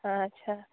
ᱟᱪᱪᱷᱟ